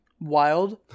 wild